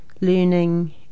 learning